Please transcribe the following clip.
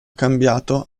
cambiato